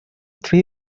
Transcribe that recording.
three